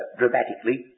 dramatically